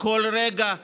כל רגע שמא,